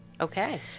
Okay